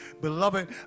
Beloved